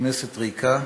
כנסת ריקה,